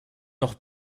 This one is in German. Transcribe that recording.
noch